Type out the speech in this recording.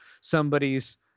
somebody's